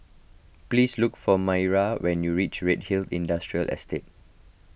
please look for Mireya when you reach Redhill Industrial Estate